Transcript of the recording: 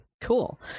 Cool